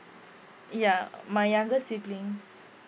yeah my younger siblings